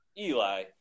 Eli